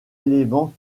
éléments